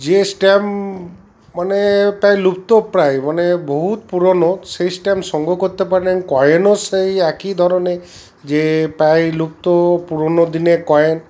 যে স্ট্যাম্প মানে প্রায় লুপ্তপ্রায় মানে বহুত পুরনো সেই স্ট্যাম্প সংগ্রহ করতে পারেন কয়েনও সেই একই ধরনের যে প্রায় লুপ্ত পুরোনো দিনের কয়েন